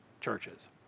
churches